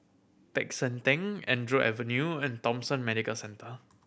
Peck San Theng Andrew Avenue and Thomson Medical Centre